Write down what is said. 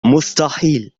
مستحيل